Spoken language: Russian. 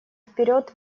вперед